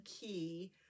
key